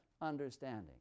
understanding